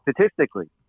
statistically